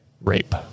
rape